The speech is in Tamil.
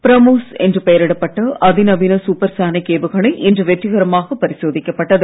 பிரம்மோஸ் என்று பெயரிடப்பட்ட அதிநவீன சூப்பர்சானிக் ஏவுகணை இன்று வெற்றிகரமாக பரிசோதிக்கப்பட்டது